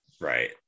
Right